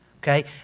Okay